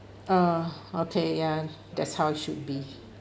uh okay ya that's how it should be